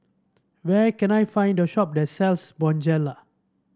where can I find the shop that sells Bonjela